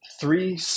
three